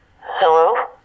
Hello